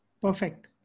Perfect